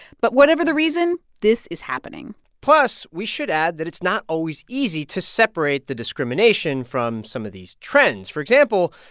but whatever the reason, this is happening plus, we should add that it's not always easy to separate the discrimination from some of these trends. for example,